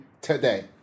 today